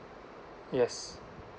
yes